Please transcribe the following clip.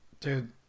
Dude